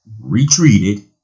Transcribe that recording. retreated